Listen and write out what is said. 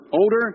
older